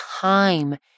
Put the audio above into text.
time